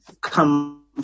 come